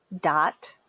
dot